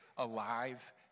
alive